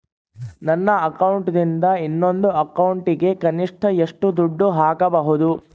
ನನ್ನ ಅಕೌಂಟಿಂದ ಇನ್ನೊಂದು ಅಕೌಂಟಿಗೆ ಕನಿಷ್ಟ ಎಷ್ಟು ದುಡ್ಡು ಹಾಕಬಹುದು?